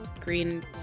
Green